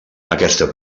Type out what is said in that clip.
aquesta